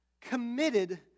committed